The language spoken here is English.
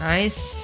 Nice